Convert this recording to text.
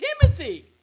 Timothy